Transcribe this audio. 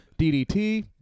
DDT